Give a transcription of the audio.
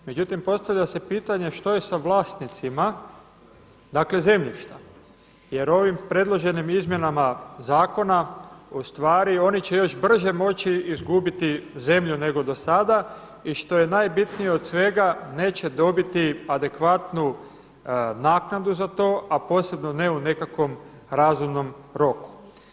Međutim, postavlja se pitanje što je sa vlasnicima zemljišta jer ovim predloženim izmjenama zakona oni će još brže moći izgubiti zemlju nego do sada i što je najbitnije od svega neće dobiti adekvatnu naknadu za to, a posebno ne u nekakvom razumnom roku.